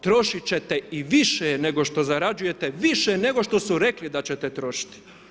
Trošiti ćete i više nego što zarađujete, više nego što su rekli da ćete trošiti.